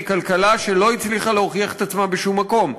היא כלכלה שלא הצליחה להוכיח את עצמה בשום מקום.